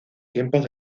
tiempos